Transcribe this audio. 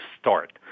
start